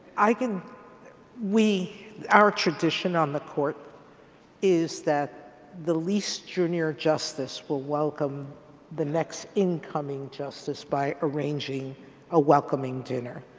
i can we our tradition on the court is that the least junior justice will welcome the next incoming justice by arranging a welcoming dinner.